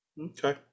Okay